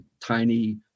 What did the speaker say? tiny